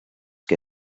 que